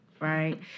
right